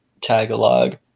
Tagalog